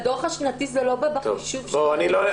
בדוח השנתי זה לא בחישוב --- לא,